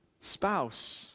spouse